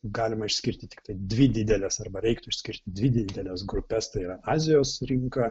galima išskirti tiktai dvi dideles arba reiktų išskirti dvi dideles grupes tai yra azijos rinka